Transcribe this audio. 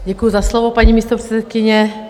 Děkuji za slovo, paní místopředsedkyně.